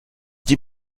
die